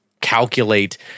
calculate